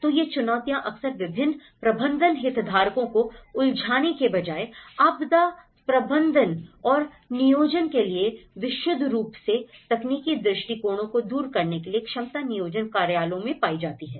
तो ये चुनौतियां अक्सर विभिन्न प्रबंधन हितधारकों को उलझाने के बजाय आपदा प्रबंधन और नियोजन के लिए विशुद्ध रूप से तकनीकी दृष्टिकोणों को दूर करने के लिए क्षमता नियोजन कार्यालयों में पाई जाती हैं